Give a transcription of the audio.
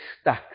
stuck